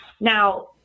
Now